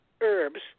herbs